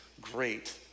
great